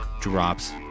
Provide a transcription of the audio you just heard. drops